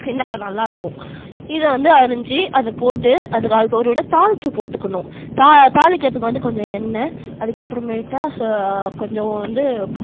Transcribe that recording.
வெண்டைக்கா நல்லாயிருக்கும் இதை வந்து அரிஞ்சு அதை போட்டு அதுக்கு அதை விட அதை தாளிச்சு போட்டுகணும் தாளிக்கிறதுக்கு வந்து கொஞ்சம் எண்ணெய் அதுக்கு அப்புறம்மேட்டா கொஞ்சம் வந்து